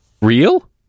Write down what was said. Real